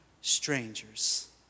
strangers